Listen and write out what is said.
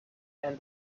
and